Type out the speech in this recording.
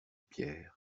pierres